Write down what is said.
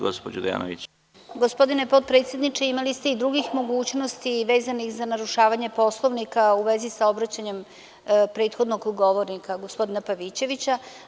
Gospodine potpredsedniče, imali ste i drugih mogućnosti vezanih za narušavanje Poslovnika u vezi sa obraćanjem prethodnog govornika, gospodina Pavićevića.